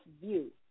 view